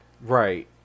Right